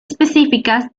específicas